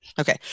Okay